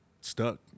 stuck